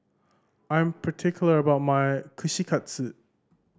I'm particular about my Kushikatsu